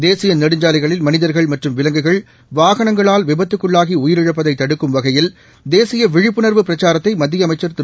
தேசிய நெடுஞ்சாலைகளில் மனிதர்கள் மற்றும் விலங்குகள் வாகனங்களால் விபத்துக்குள்ளாகி உயிரிழப்பதை தடுக்கும் வகையில் தேசிய விழிப்புணா்வு பிரச்சாரத்தை மத்திய அமைச்சா் திரு